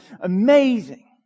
amazing